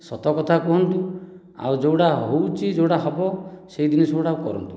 ସତକଥା କୁହନ୍ତୁ ଆଉ ଯେଉଁ ଗୁଡ଼ାକ ହେଉଛି ଆଉ ଯେଉଁ ଗୁଡ଼ାକ ହେବ ସେ ଜିନିଷ ଗୁଡ଼ାକ କରନ୍ତୁ